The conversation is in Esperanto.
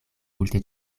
multe